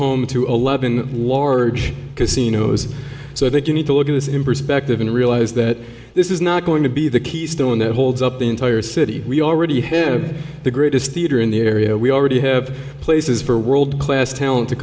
home to eleven ward casinos so that you need to look at this in perspective and realize that this is not going to be the keystone that holds up the entire city we already have the greatest theater in the area we already have places for world class t